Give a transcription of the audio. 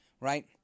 Right